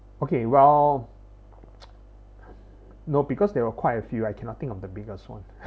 okay well no because there were quite a few I cannot think of the biggest one